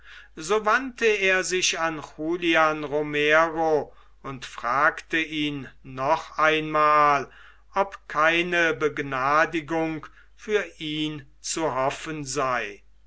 so wandte er sich an julian romero und fragte ihn noch einmal ob keine begnadigung für ihn zu hoffen sei